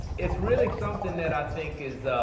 it's really something that i think is